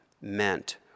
meant